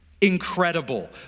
incredible